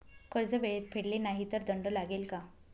कर्ज वेळेत फेडले नाही तर दंड लागेल का?